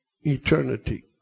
eternity